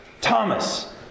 Thomas